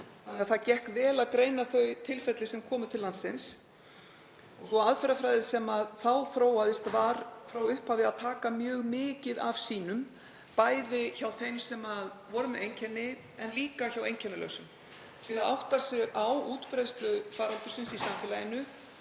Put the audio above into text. það gekk vel að greina þau tilfelli sem komu til landsins. Sú aðferðafræði sem þá þróaðist var frá upphafi að taka mjög mikið af sýnum, bæði hjá þeim sem voru með einkenni en líka hjá einkennalausum til að átta sig á útbreiðslu faraldursins í samfélaginu,